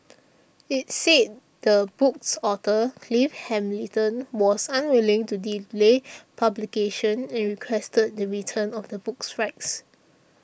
it said the book's author Clive Hamilton was unwilling to delay publication and requested the return of the book's rights